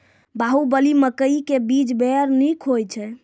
बाहुबली मकई के बीज बैर निक होई छै